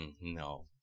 No